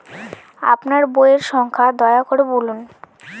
আপনার বইয়ের সংখ্যা দয়া করে বলুন?